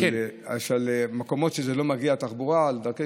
על מקומות שהתחבורה לא מגיעה אליהם,